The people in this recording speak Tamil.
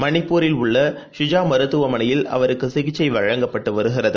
மணிப்பூரில் உள்ள ஷிஜாமருத்துவமனையில் அவருக்குசிகிச்டிசைவழங்கப்பட்டுவருகிறது